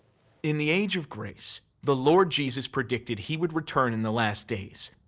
in the age of grace, the lord jesus predicted he would return in the last days.